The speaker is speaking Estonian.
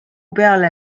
peale